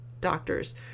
doctors